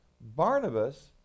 Barnabas